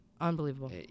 Unbelievable